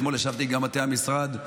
אתמול הייתי בישיבת מטה המשרד,